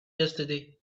yesterday